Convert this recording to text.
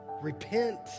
repent